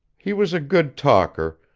he was a good talker,